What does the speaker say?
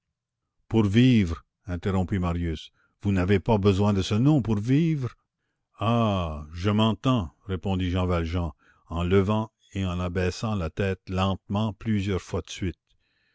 pour vivre interrompit marius vous n'avez pas besoin de ce nom pour vivre ah je m'entends répondit jean valjean en levant et en abaissant la tête lentement plusieurs fois de suite